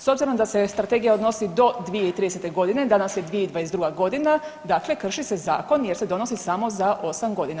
S obzirom da se strategija odnosi do 2030. godine, danas je 2022. godina, dakle krši se zakon jer se donosi samo za 8 godina.